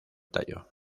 tallo